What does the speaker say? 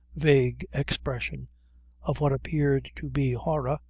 vague expression of what appeared to be horror,